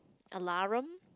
alarum